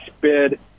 bid